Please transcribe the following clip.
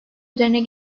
üzerine